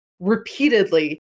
Repeatedly